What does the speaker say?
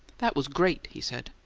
that was great! he said.